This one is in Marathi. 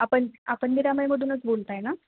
आपण आपण निरामयमधूनच बोलत आहे ना